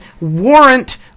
Warrant